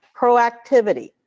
Proactivity